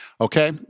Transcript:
Okay